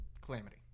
Calamity